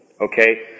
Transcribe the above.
Okay